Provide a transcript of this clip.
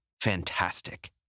fantastic